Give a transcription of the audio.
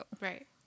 Right